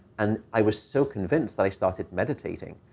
and i was so convinced that i started meditating.